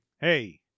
hey